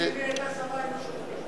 אם היא היתה שרה היינו שותקים.